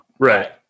Right